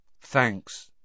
Thanks